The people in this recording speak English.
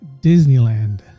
Disneyland